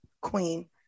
queen